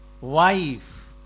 wife